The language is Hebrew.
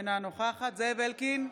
אינה נוכחת זאב אלקין,